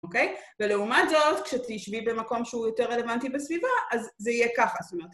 אוקיי? ולעומת זאת, כשתישבי במקום שהוא יותר רלוונטי בסביבה, אז זה יהיה ככה, זאת אומרת...